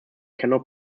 cannot